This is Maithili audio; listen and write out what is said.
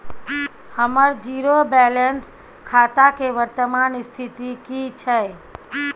हमर जीरो बैलेंस खाता के वर्तमान स्थिति की छै?